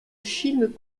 film